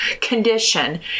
condition